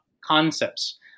concepts